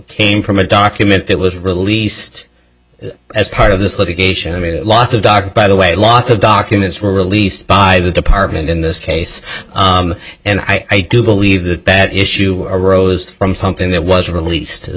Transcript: came from a document that was released as part of this litigation and a lot of dark by the way lots of documents were released by the department in this case and i do believe the bat issue arose from something that was released as